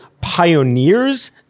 pioneers